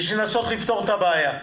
כדי לנסות לפתור את הבעיה.